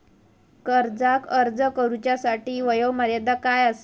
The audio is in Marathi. कर्जाक अर्ज करुच्यासाठी वयोमर्यादा काय आसा?